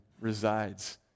resides